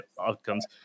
outcomes